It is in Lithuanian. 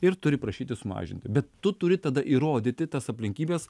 ir turi prašyti sumažinti bet tu turi tada įrodyti tas aplinkybes